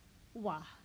!wow!